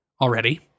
already